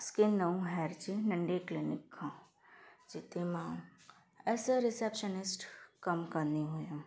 skin ऐं हेर जी नंढे क्लीनिक खां जिते मां एस अ रिसेप्शनिस्ट कमु कंदी हुअमि